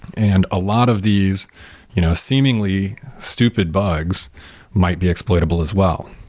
and a lot of these you know seemingly stupid bugs might be exploitable as well,